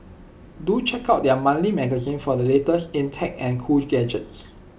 do check out their monthly magazine for the latest in tech and cool gadgets